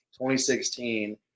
2016